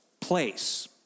place